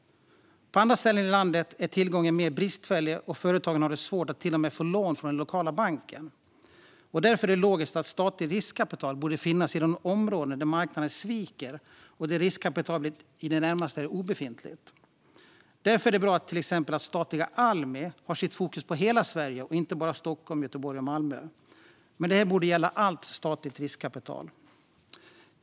På andra ställen i landet är tillgången mer bristfällig. Företagen har till och med svårt att få lån från den lokala banken. Därför är det logiskt att statligt riskkapital bör finnas i de områden där marknaden sviker och där riskkapitalet är i det närmaste obefintligt. Det är därför bra att till exempel statliga Almi har sitt fokus på hela Sverige och inte bara Stockholm, Göteborg och Malmö. Men det borde gälla allt statligt riskkapital.